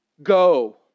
go